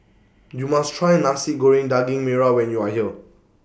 YOU must Try Nasi Goreng Daging Merah when YOU Are here